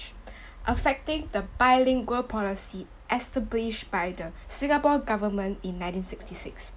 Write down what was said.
affecting the bilingual policy established by the singapore government in nineteen sixty six